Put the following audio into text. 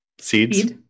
seeds